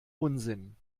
unsinn